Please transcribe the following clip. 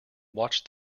watch